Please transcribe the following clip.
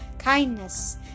kindness